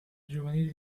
giovanili